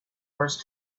first